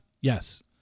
Yes